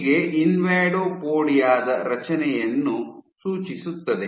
ಹೀಗೆ ಇನ್ವಾಡೋಪೊಡಿಯಾ ದ ರಚನೆಯನ್ನು ಸೂಚಿಸುತ್ತದೆ